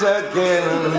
again